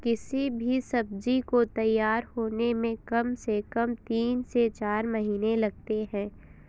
किसी भी सब्जी को तैयार होने में कम से कम तीन से चार महीने लगते हैं